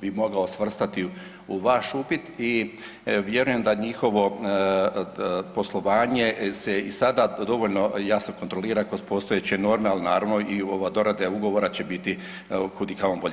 bih mogao svrstati u vaš upit i vjerujem da njihovo poslovanje se i sada dovoljno jasno kontrolira kod postojeće norme, ali naravno i dorade ugovora će biti kud i kamo bolje.